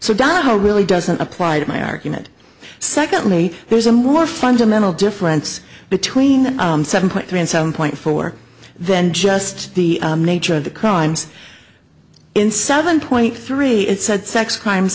donahoe really doesn't apply to my argument secondly there's a more fundamental difference between seven point three and seven point four then just the nature of the crimes in seven point three it said sex crime